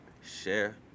share